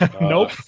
Nope